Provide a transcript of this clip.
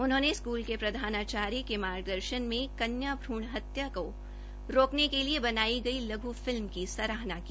उन्होंने स्कूल के प्रिंसिपल के मार्गदर्शन में कन्या भ्रण हत्या को रोकने के लिए बनाई गई लघु फिल्म की सराहना की